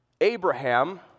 Abraham